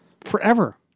forever